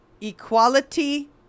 Equality